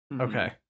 Okay